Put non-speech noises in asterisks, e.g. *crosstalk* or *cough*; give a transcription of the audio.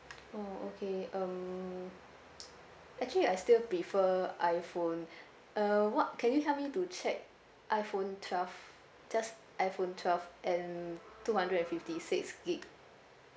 oh okay um actually I still prefer iphone *breath* uh what can you help me to check iphone twelve just iphone twelve and two hundred and fifty six gig